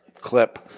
clip